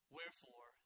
wherefore